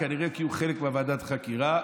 כנראה כי הוא חלק מוועדת החקירה,